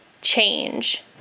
change